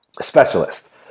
specialist